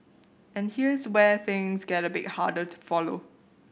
and here's where things get a bit harder to follow